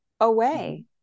away